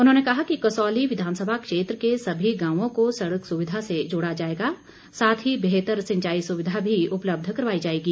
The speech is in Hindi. उन्होंने कहा कि कसौली विधानसभा क्षेत्र के सभी गांवों को सड़क सुविधा से जोड़ा जाएगा साथ ही बेहतर सिंचाई सुविधा भी उपलब्ध करवाई जाएगी